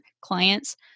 clients